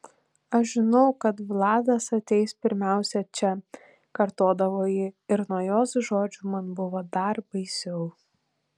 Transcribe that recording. aš žinau kad vladas ateis pirmiausia čia kartodavo ji ir nuo jos žodžių man buvo dar baisiau